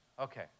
Okay